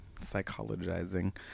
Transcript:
psychologizing